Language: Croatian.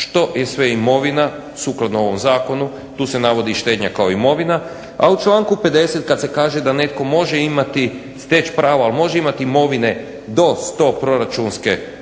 što je sve imovina, sukladno ovom zakonu. Tu se navodi i štednja kao imovina. A u članku 50. kad se kaže da netko može imati, steći prava, ali može imati imovine do 100 proračunske